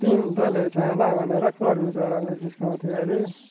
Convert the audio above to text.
तिन तले छाना भनेर कर्मी चराले जिस्क्याउँथ्यो अरे